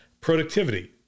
productivity